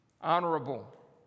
honorable